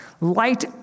Light